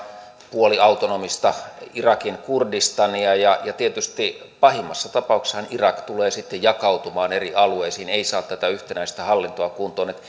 puoliautonomista irakin kurdistania ja tietysti pahimmassa tapauksessahan irak tulee sitten jakautumaan eri alueisiin eli ei saa tätä yhtenäistä hallintoa kuntoon